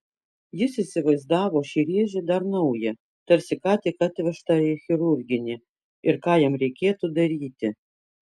jis įsivaizdavo šį rėžį dar naują tarsi ką tik atvežtą į chirurginį ir ką jam reikėtų daryti